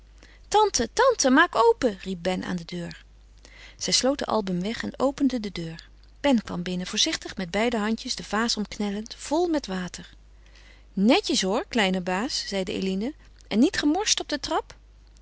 tante tante maak open riep ben aan de deur zij sloot den album weg en opende de deur ben kwam binnen voorzichtig met beide handjes de vaas omknellend vol met water netjes hoor kleine baas zeide eline en niet gemorst op de trap